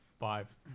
Five